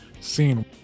scene